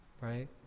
right